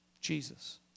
Jesus